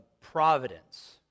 providence